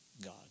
God